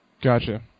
Gotcha